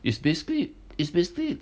it's basically it's basically